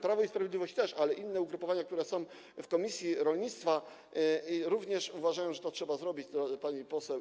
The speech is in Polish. Prawo i Sprawiedliwość też, ale inne ugrupowania, które są w komisji rolnictwa, również uważają, że to trzeba zrobić, pani poseł.